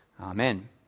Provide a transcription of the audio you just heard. Amen